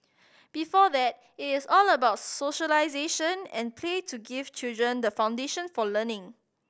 before that it is all about socialisation and play to give children the foundation for learning